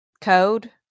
code